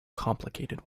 complicated